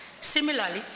Similarly